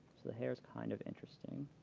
the hair's kind of interesting.